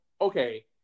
okay